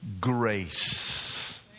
grace